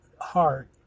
heart